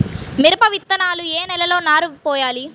మిరప విత్తనాలు ఏ నెలలో నారు పోయాలి?